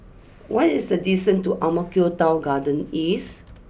what is the distance to Ang Mo Kio Town Garden East